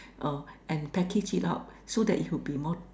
uh and package it up so that it would be more